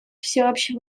всеобщей